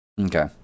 Okay